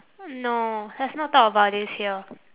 no let's not talk about this here